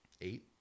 eight